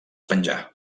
penjà